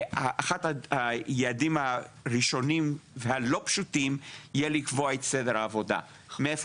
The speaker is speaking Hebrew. אחד היעדים הראשונים והלא פשוטים יהיה לקבוע את סדר העבודה ומאיפה